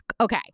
Okay